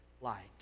light